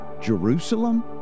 Jerusalem